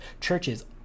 churches